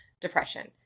depression